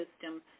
system